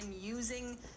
using